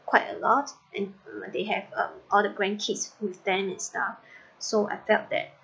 quite a lot and they have uh all the grandkids with them and stuff so I felt that